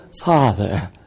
father